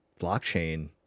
blockchain